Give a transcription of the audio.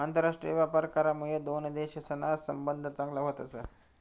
आंतरराष्ट्रीय व्यापार करामुये दोन देशसना संबंध चांगला व्हतस